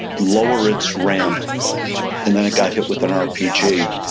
lower its ramp and then it got hit with an rpg.